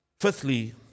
Fifthly